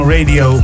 Radio